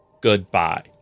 Goodbye